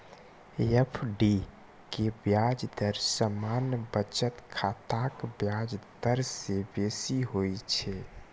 FD के ब्याज दर सामान्य बचत खाताक ब्याज दर सं बेसी होइ छै